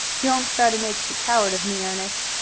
don't try to make a coward of me, ernest.